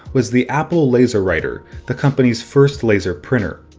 was the apple laserwriter, the company's first laser printer.